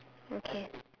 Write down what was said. okay